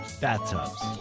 bathtubs